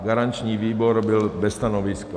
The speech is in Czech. Garanční výbor byl bez stanoviska.